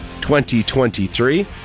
2023